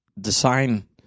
design